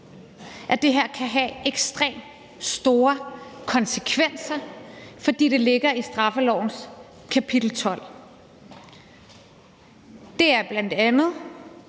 at det her kan have ekstremt store konsekvenser, fordi det ligger i straffelovens kapitel 12. Det er bl.a. formanden